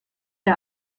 der